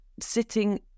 sitting